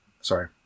Sorry